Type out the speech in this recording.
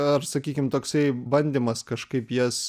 ar sakykim toksai bandymas kažkaip jas